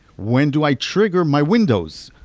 when do i trigger my windows?